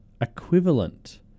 equivalent